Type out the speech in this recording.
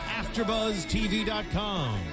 AfterBuzzTV.com